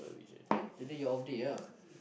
eh today your off day ah